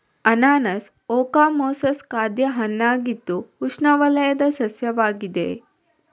ಅನಾನಸ್ ಓಕಮೊಸಸ್ ಖಾದ್ಯ ಹಣ್ಣಾಗಿದ್ದು ಉಷ್ಣವಲಯದ ಸಸ್ಯವಾಗಿದೆ